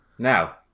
now